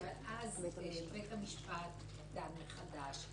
כי אז בית המשפט דן מחדש,